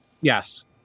Yes